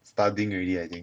studying already I think